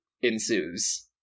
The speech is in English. ensues